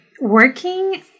working